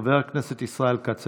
חבר הכנסת ישראל כץ,